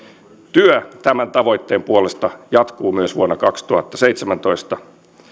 työ tämän tavoitteen puolesta jatkuu myös vuonna kaksituhattaseitsemäntoista